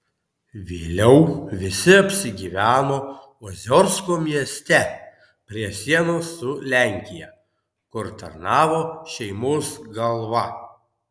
vėliau visi apsigyveno oziorsko mieste prie sienos su lenkija kur tarnavo šeimos galva